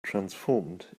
transformed